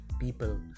People